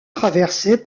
traversé